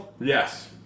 Yes